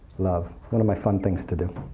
love. one of my fun things to do.